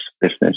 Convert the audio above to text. business